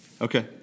Okay